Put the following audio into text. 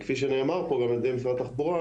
כפי שנאמר פה על ידי משרד התחבורה,